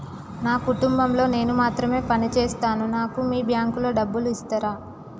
నా కుటుంబం లో నేను మాత్రమే పని చేస్తాను నాకు మీ బ్యాంకు లో డబ్బులు ఇస్తరా?